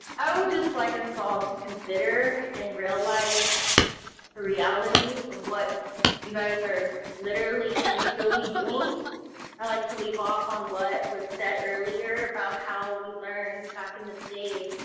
i would just like us all to consider and realize the reality of what you guys are literally and truly doing. i'd like to leave off on what was said earlier, about how we learned back in the day,